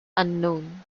unknown